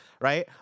right